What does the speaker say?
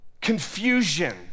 confusion